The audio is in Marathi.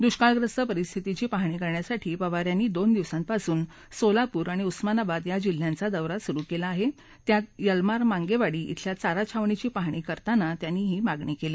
दुष्काळग्रस्त परिस्थितीची पहाणी करण्यासाठी पवार यांनी दोन दिवसांपासून सोलापूर आणि उस्मानाबाद या जिल्ह्यांचा दौरा सुरू केला आहे त्यात यलमार मांगेवाडी इथल्या चारा छावणीची पाहणी करताना त्यांनी ही मागणी केली